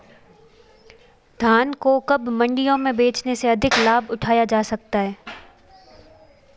धान को कब मंडियों में बेचने से अधिक लाभ उठाया जा सकता है?